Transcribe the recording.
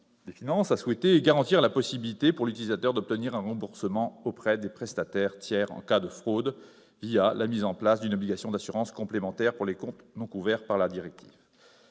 des finances a souhaité garantir la possibilité, pour l'utilisateur, d'obtenir un remboursement auprès du prestataire tiers en cas de fraude, la mise en place d'une obligation d'assurance complémentaire pour les comptes non couverts par la directive.